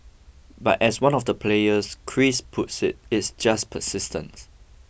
but as one of the players Chris puts it it's just persistence